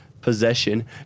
possession